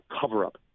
cover-up